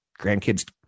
grandkids